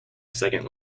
second